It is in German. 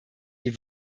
die